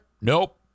Nope